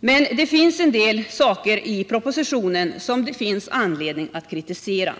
Men det finns en del frågor i propositionen som det finns anledning att kritisera.